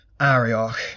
Arioch